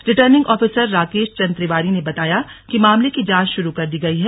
returning officer Rakesh Chandra Tiwari ने बताया कि मामले की जांच शुरू कर दी गई है